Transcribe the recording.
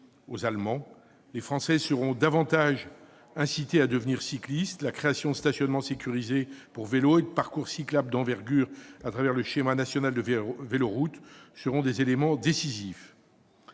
aux Allemands. Les Français seront davantage incités à devenir cyclistes : la création de stationnements sécurisés pour vélos et de parcours cyclables d'envergure au travers du schéma national des véloroutes sera un élément décisif.